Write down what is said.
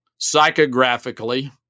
psychographically